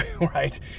right